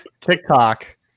TikTok